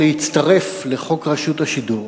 להצטרף להצעת חוק רשות השידור,